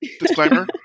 disclaimer